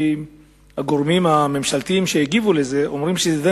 הגורמים הממשלתיים שהגיבו על זה אמרו שהדוח